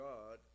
God